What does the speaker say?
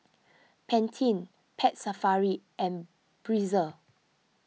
Pantene Pet Safari and Breezer